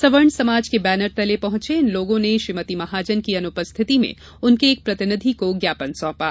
सवर्ण समाज के बैनर तले पहंचे इन लोगों ने श्रीमती महाजन की अनुपस्थिति में उनके एक प्रतिनिधि को ज्ञापन सौंपा